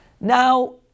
Now